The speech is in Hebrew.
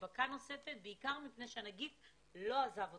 להדבקה נוספת בעיקר מפני שהנגיף לא עזב אותנו.